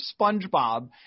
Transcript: SpongeBob